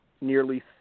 nearly